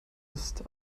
ist